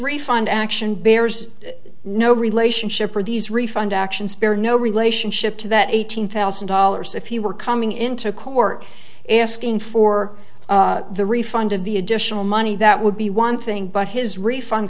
refund action bears no relationship or these refund actions bear no relationship to that eighteen thousand dollars if you were coming into court and asking for the refund of the additional money that would be one thing but his refund